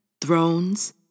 thrones